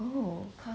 oh